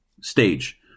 stage